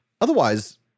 Otherwise